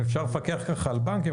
אם אפשר לפקח על כל בנקים,